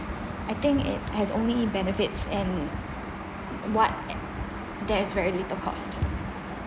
I think it has only benefits and what th~ there is very little cost